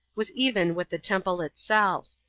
was even with the temple itself.